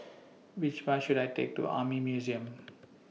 Which Bus should I Take to Army Museum